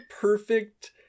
perfect